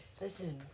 Listen